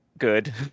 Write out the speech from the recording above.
good